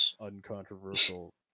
uncontroversial